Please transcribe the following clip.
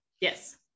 Yes